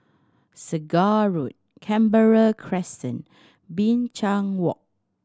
Segar Road Canberra Crescent Binchang Walk